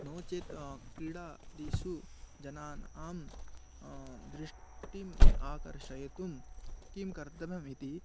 नो चेत् कीडादिषु जनानां दृष्टिम् आकर्षयितुं किं कर्तव्यमिति